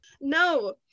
No